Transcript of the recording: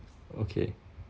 okay